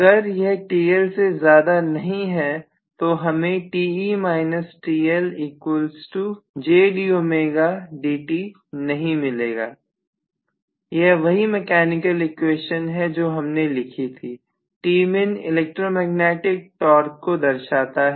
अगर यह TL से ज्यादा नहीं है तो हमें नहीं मिलेगा यह वही मैकेनिकल इक्वेशन है जो हमने लिखी थी Tmin इलेक्ट्रोमैग्नेटिक टॉर्क को दर्शाता है